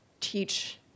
teach